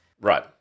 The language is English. right